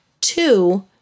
Two